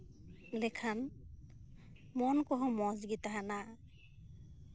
ᱞᱮᱠᱷᱟᱱ ᱢᱚᱱ ᱠᱚᱦᱚᱸ ᱢᱚᱸᱡᱽ ᱜᱮ ᱛᱟᱦᱮᱱᱟ